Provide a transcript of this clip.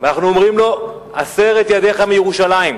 ואנחנו אומרים לו: הסר את ידיך מירושלים.